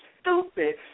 stupid